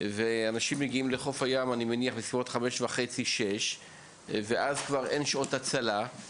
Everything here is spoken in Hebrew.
ואנשים מגיעים לחוף הים בסביבות 17:30 18:00 ואז כבר אין שעות הצלה.